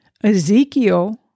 Ezekiel